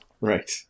Right